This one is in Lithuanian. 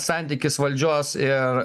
santykis valdžios ir